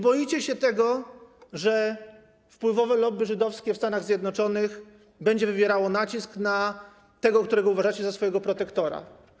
Boicie się tego, że wpływowe lobby żydowskie w Stanach Zjednoczonych będzie wywierało nacisk na tego, którego uważacie za swojego protektora.